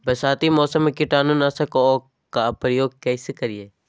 बरसाती मौसम में कीटाणु नाशक ओं का प्रयोग कैसे करिये?